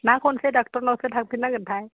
ना खनसे ड'क्टरनावसो थांफिन नांगोन थाय